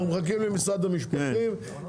אנחנו מחכים למשרד המשפטים,